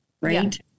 Right